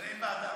אבל אין ועדה.